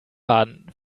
baden